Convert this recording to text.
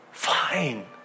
Fine